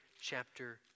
chapter